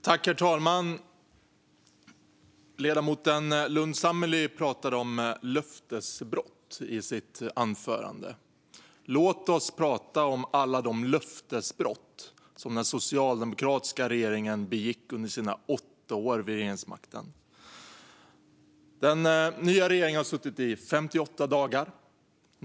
Herr talman! Ledamoten Lundh Sammeli pratar om löftesbrott i sitt anförande. Låt oss prata om alla de löftesbrott som den socialdemokratiska regeringen begick under sina åtta år vid regeringsmakten. Den nya regeringen har suttit i 58 dagar.